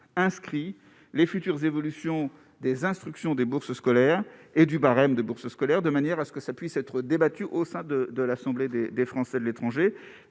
inscrits les futures évolutions des instructions des bourses scolaires et du barème de bourses scolaires de manière à ce que ça puisse être débattue au sein de de l'assemblée des des Français de l'étranger